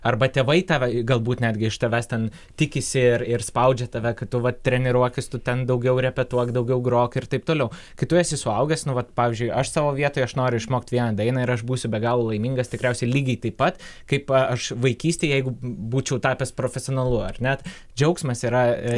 arba tėvai tave galbūt netgi iš tavęs ten tikisi ir ir spaudžia tave kad tu vat treniruokis tu ten daugiau repetuok daugiau grok ir taip toliau kai tu esi suaugęs nu vat pavyzdžiui aš savo vietoje aš noriu išmokt vieną dainą ir aš būsiu be galo laimingas tikriausiai lygiai taip pat kaip aš vaikystėj jeigu būčiau tapęs profesionalu ar ne džiaugsmas yra